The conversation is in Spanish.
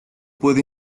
puede